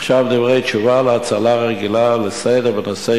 עכשיו דברי תשובה על הצעה רגילה לסדר-היום בנושא: